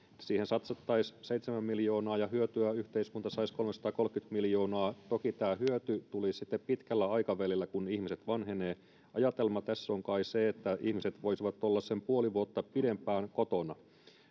siihen satsattaisiin seitsemän miljoonaa ja hyötyä yhteiskunta saisi kolmesataakolmekymmentä miljoonaa toki tämä hyöty tulisi sitten pitkällä aikavälillä kun ihmiset vanhenevat ajatelma tässä on kai se että ihmiset voisivat olla sen puoli vuotta pidempään kotona